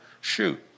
shoot